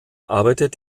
arbeitet